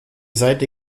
seite